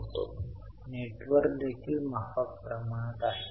आता तिसरी शीर्षक उपक्रम वित्तपुरवठा आहे